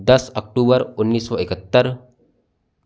दस अक्टूबर उन्नीस सौ इकहत्तर